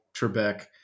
Trebek